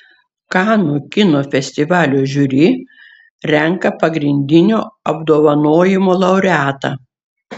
kanų kino festivalio žiuri renka pagrindinio apdovanojimo laureatą